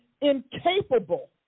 incapable